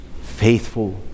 faithful